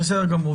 בסדר גמור.